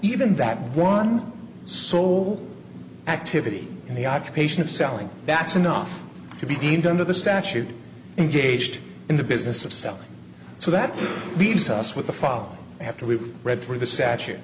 even that one so activity in the occupation of selling that's enough to be deemed under the statute engaged in the business of selling so that leaves us with a fall after we've read through the statu